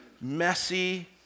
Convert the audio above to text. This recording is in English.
messy